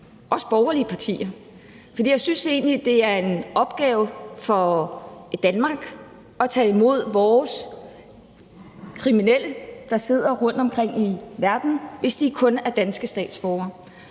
også borgerlige partier. For jeg synes egentlig, at det er en opgave for Danmark at tage imod vores kriminelle, der sidder rundtomkring i verden, hvis de er danske statsborgere.